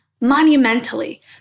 monumentally